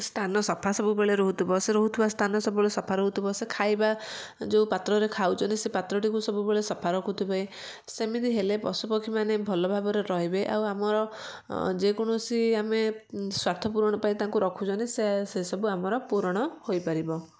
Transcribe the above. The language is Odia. ସ୍ଥାନ ସଫା ସବୁବେଳେ ରହୁଥିବା ସେ ରହୁଥିବା ସ୍ଥାନ ସବୁବେଳେ ସଫା ରହୁଥିବ ସେ ଖାଇବା ଯେଉଁ ପାତ୍ରରେ ଖାଉଛନ୍ତି ସେ ପାତ୍ରଟିକୁ ସବୁବେଳେ ସଫା ରଖୁଥିବେ ସେମିତି ହେଲେ ପଶୁପକ୍ଷୀମାନେ ଭଲ ଭାବରେ ରହିବେ ଆଉ ଆମର ଯେ କୌଣସି ଆମେ ସ୍ୱାର୍ଥ ପୂରଣ ପାଇଁ ତାଙ୍କୁ ରଖୁଛନ୍ତି ସେ ସବୁ ଆମର ପୂରଣ ହୋଇପାରିବ